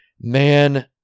man